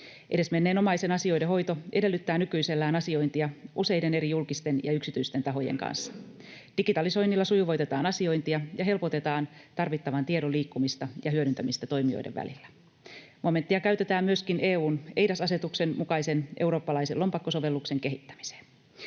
Edesmenneen omaisen asioiden hoito edellyttää nykyisellään asiointia useiden eri julkisten ja yksityisten tahojen kanssa. Digitalisoinnilla sujuvoitetaan asiointia ja helpotetaan tarvittavan tiedon liikkumista ja hyödyntämistä toimijoiden välillä. Momenttia käytetään myöskin EU:n eIDAS- asetuksen mukaisen eurooppalaisen lompakkosovelluksen kehittämiseen.